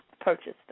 purchase